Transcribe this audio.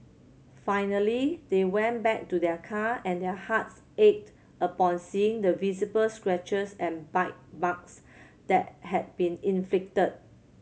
finally they went back to their car and their hearts ached upon seeing the visible scratches and bite marks that had been inflicted